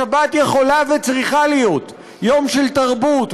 השבת יכולה וצריכה להיות יום של תרבות,